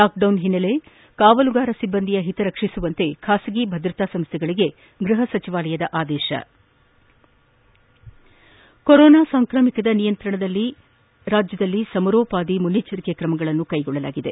lockdown ಹಿನ್ನೆಲೆ ಕಾವಲುಗಾರ ಸಿಬ್ಬಂದಿಯ ಹಿತರಕ್ಷಿಸುವಂತೆ ಬಾಸಗಿ ಭದ್ರತಾ ಸಂಸ್ಥೆಗಳಿಗೆ ಗೃಹ ಸಚಿವಾಲಯದ ಆದೇಶ ಕೊರೋನಾ ಸಾಂಕ್ರಾಮಿಕದ ನಿಯಂತ್ರಣಕ್ಕೆ ರಾಜ್ಯದಲ್ಲಿ ಸಮರೋಪಾದಿ ಮುನ್ನೆಚ್ಚರಿಕೆ ತ್ರಮಗಳನ್ನು ಕೈಗೊಳ್ಳಲಾಗಿದೆ